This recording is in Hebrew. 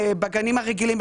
בגנים הרגילים,